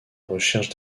recherche